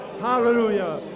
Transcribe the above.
Hallelujah